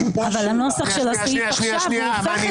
הנוסח שיש עכשיו, הופך את זה.